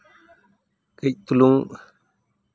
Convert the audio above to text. ᱠᱟᱹᱡ ᱪᱩᱞᱩᱝ